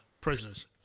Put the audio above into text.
prisoners